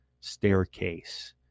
staircase